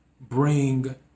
bring